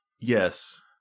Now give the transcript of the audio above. Yes